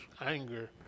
anger